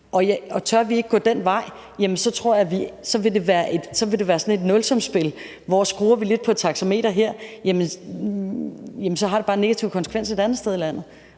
Tør vi ikke gå den vej, vil det være sådan et nulsumsspil, hvor det, hvis vi skruer lidt på taxameteret et sted, får en negativ konsekvens et andet sted i landet.